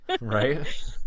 Right